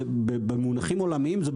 במונחים עולמיים,